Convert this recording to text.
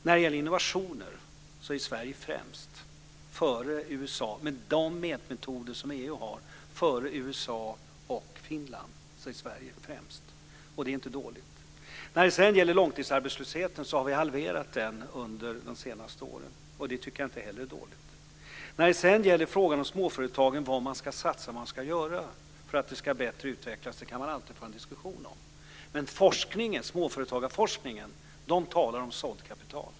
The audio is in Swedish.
När det gäller innovationer är Sverige med de mätmetoder som EU har främst, före USA och Finland, och det är inte dåligt. Vad sedan beträffar långtidsarbetslösheten vill jag peka på att vi har halverat den under de senaste åren. Jag tycker att inte heller det är dåligt. Vad man ska satsa på och göra för att småföretagen ska utvecklas bättre kan man alltid föra en diskussion om, men inom småföretagarforskningen talar man om såddkapital.